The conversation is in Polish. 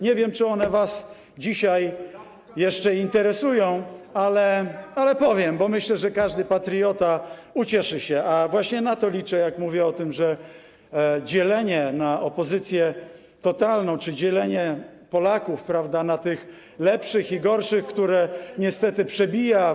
Nie wiem, czy one was dzisiaj jeszcze interesują, ale powiem, bo myślę, że każdy patriota ucieszy się, a właśnie na to liczę, jak mówię o tym, że dzielenie na opozycję totalną czy dzielenie Polaków na tych lepszych i gorszych, które niestety przebija.